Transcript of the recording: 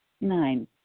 Nine